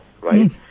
right